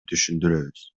түшүндүрөбүз